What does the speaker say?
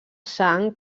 sang